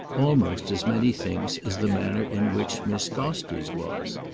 almost as many things as the manner in which miss gostrey's was.